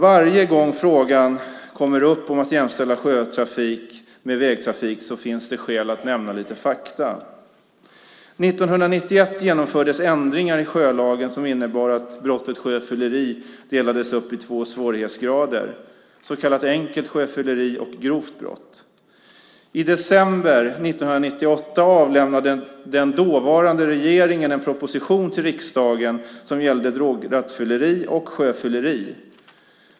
Varje gång frågan om att jämställa sjötrafik med vägtrafik kommer upp finns det skäl att nämna några fakta. År 1991 genomfördes ändringar i sjölagen som innebar att brottet sjöfylleri delades upp i två svårighetsgrader, så kallat enkelt sjöfylleri och grovt brott. I december 1998 avlämnade den dåvarande regeringen en proposition till riksdagen som gällde drograttfylleri och sjöfylleri.